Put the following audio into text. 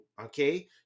okay